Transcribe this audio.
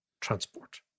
transport